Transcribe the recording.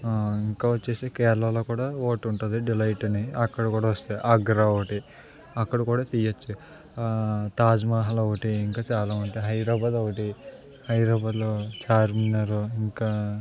ఇంకా వచ్చి కేరళలో కూడా హోటల్ ఉంటుంది డిలైట్ అని అక్కడ కూడా వస్తాయి ఆగ్రా ఒకటి అక్కడ కూడా తీయవచ్చు తాజ్ మహల్ ఒకటి ఇంకా చాలా ఉంటాయి హైదరాబాద్ ఒకటి హైదరాబాద్లో చార్మినార్ ఇంకా